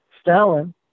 Stalin